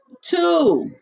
two